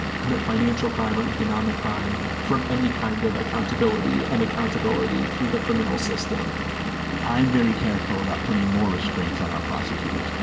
who commit financial crime or economic crime from any kind of accountability and accountability through the criminal system i'm very careful about putting more restraints on our prosecutors.